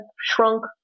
shrunk